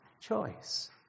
choice